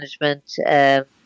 management